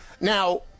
Now